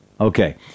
Okay